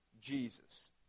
Jesus